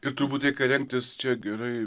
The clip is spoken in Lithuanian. ir turbūt reikia remtis čia gerai